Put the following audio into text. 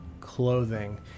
clothing